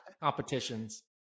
competitions